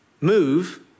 move